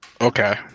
Okay